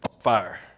Fire